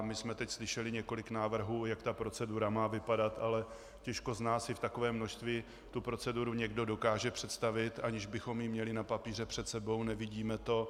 My jsme teď slyšeli několik návrhů, jak ta procedura má vypadat, ale těžko z nás si v takovém množství tu proceduru někdo dokáže představit, aniž bychom ji měli na papíře před sebou, nevidíme to.